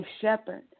shepherd